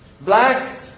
Black